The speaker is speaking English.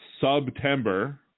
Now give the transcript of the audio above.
September